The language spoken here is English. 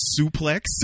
suplex